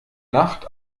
nacht